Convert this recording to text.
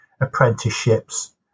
apprenticeships